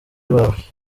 iwawe